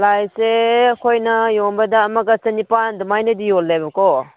ꯄ꯭ꯔꯥꯏꯁꯁꯦ ꯑꯩꯈꯣꯏꯅ ꯌꯣꯟꯕꯗ ꯑꯃꯒ ꯆꯅꯤꯄꯥꯜ ꯑꯗꯨꯃꯥꯏꯅꯗꯤ ꯌꯣꯜꯂꯦꯕꯀꯣ